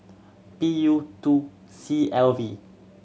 P U two C L V